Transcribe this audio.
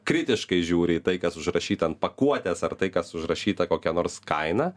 kritiškai žiūri į tai kas užrašyta ant pakuotės ar tai kas užrašyta kokia nors kaina